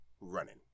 running